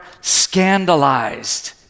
scandalized